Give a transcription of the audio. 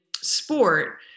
sport